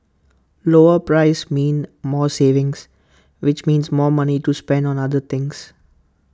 lower prices mean more savings which means more money to spend on other things